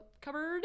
cupboard